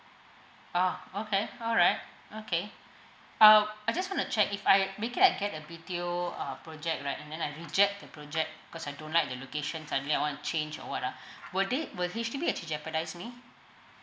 orh okay alright okay uh I just want to check if I make it I get a B_T_O uh project right then I reject the project cause I don't like the location suddenly I want to change or what ah would it will H_D_B actually jeopardise me